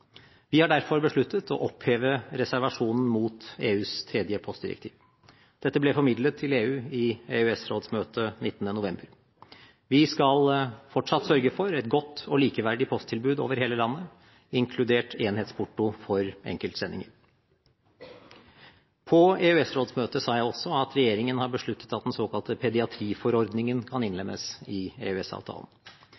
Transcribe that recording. Vi har derfor besluttet å oppheve reservasjonen mot EUs tredje postdirektiv. Dette ble formidlet til EU i EØS-rådets møte 19. november. Vi skal fortsatt sørge for et godt og likeverdig posttilbud over hele landet, inkludert enhetsporto for enkeltsendinger. På EØS-rådets møte sa jeg også at regjeringen har besluttet at den såkalte pediatriforordningen kan